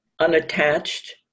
unattached